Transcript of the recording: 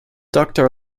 doctor